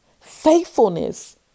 Faithfulness